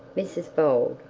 mrs bold,